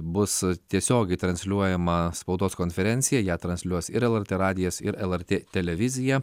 bus tiesiogiai transliuojama spaudos konferencija ją transliuos ir lrt radijas ir lrt televizija